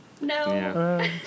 No